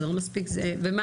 ומה